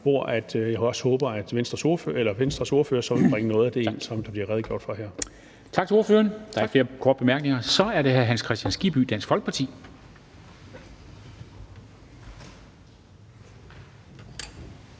hvor jeg også håber at Venstres ordfører så vil bringe noget af det ind, som der bliver redegjort for her. Kl. 10:40 Formanden (Henrik Dam Kristensen): Tak til ordføreren. Der er ikke flere korte bemærkninger. Så er det hr. Hans Kristian Skibby, Dansk Folkeparti.